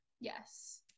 Yes